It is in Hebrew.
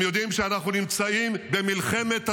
הם יודעים שאנחנו נמצאים במלחמת התקומה,